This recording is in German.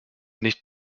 nicht